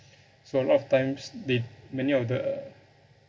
so a lot of times they many of the